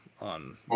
on